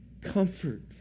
Comfort